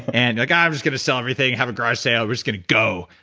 and like i'm just going to sell everything, have a garage sale, we're just going to go.